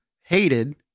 hated